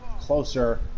closer